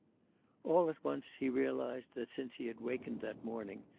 all at once, he realized that, since he had wakened that morning,